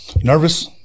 nervous